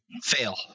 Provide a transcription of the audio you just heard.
Fail